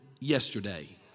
yesterday